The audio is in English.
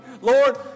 Lord